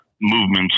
movements